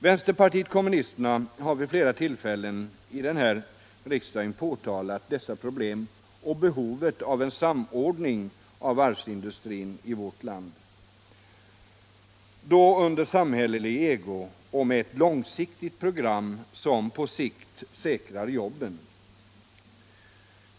Vänsterpartiet kommunisterna har vid flera tillfällen denna riksdag påtalat dessa problem liksom behovet av en samordning av varvsindustrin i vårt land — under samhällelig ägo och med ett långsiktigt program som på sikt säkrar jobben.